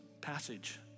passage